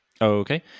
Okay